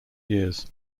years